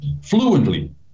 fluently